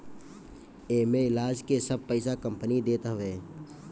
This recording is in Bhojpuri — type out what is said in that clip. एमे इलाज के सब पईसा कंपनी देत हवे